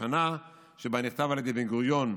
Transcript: השנה שבה נכתב על ידי בן-גוריון,